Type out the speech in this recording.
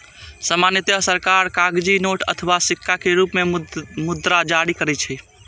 सामान्यतः सरकार कागजी नोट अथवा सिक्का के रूप मे मुद्रा जारी करै छै